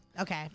Okay